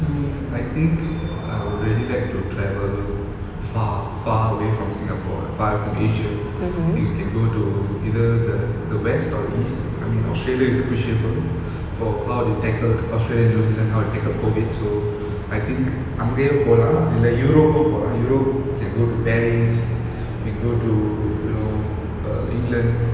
mm I think I would really like to travel far far away from singapore far from asia then we can go to either the the west or east I mean australia is appreciable for how they tackled australia and new zealand how they tackled COVID so I think அங்கேயே போலாம் இல்ல:angeye polam illa europe போலாம்:polam europe can go to paris can to you know err england